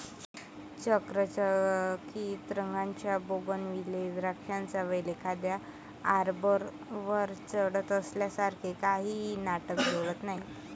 चकचकीत रंगाच्या बोगनविले द्राक्षांचा वेल एखाद्या आर्बरवर चढत असल्यासारखे काहीही नाटक जोडत नाही